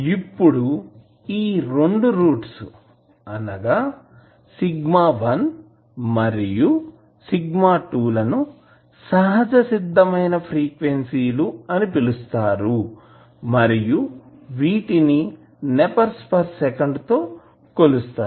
ఇప్పుడు ఈ రెండు రూట్స్ అనగా σ1 మరియు σ2 లను సహజసిద్ధమైన ఫ్రీక్వెన్సీ లు అని పిలుస్తారు మరియు వీటిని నెపెర్స్ పర్ సెకండ్ తో కొలుస్తారు